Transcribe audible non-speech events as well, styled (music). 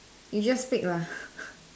you just pick lah (breath)